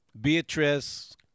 Beatrice